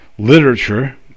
literature